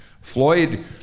Floyd